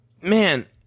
Man